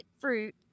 fruit